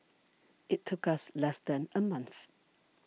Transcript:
it took us less than a month